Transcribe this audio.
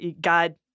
God